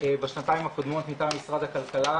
בשנתיים הקודמות מטעם משרד הכלכלה,